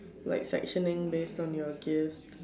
like sectioning away from your gears